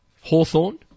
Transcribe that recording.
Hawthorne